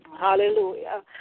Hallelujah